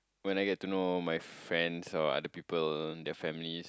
when I get to know my friends or other people their families